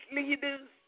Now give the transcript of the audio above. leaders